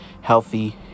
healthy